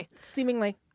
Seemingly